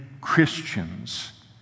Christians